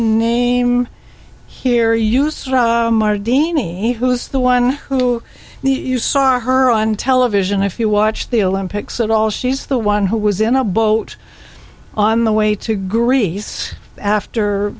name here use martini who's the one who you saw her on television if you watch the olympics at all she's the one who was in a boat on the way to greece after